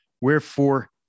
Wherefore